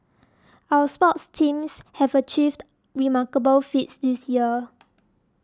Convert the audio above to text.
our sports teams have achieved remarkable feats this year